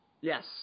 Yes